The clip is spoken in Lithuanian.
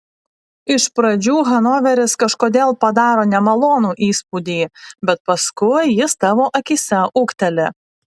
iš pradžių hanoveris kažkodėl padaro nemalonų įspūdį bet paskui jis tavo akyse ūgteli